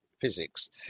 physics